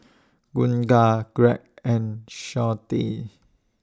Gunnar Greg and Shawnte